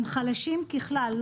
הם חלשים ככלל.